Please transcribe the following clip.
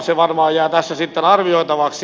se varmaan jää tässä sitten arvioitavaksi